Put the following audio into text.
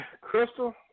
Crystal